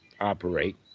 operate